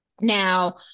Now